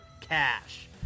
cash